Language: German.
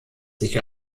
sich